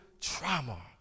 trauma